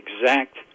exact